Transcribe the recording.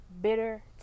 bitter